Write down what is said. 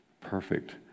perfect